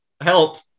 Help